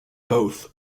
both